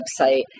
website